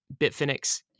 Bitfinex